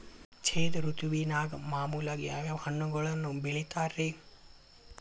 ಝೈದ್ ಋತುವಿನಾಗ ಮಾಮೂಲಾಗಿ ಯಾವ್ಯಾವ ಹಣ್ಣುಗಳನ್ನ ಬೆಳಿತಾರ ರೇ?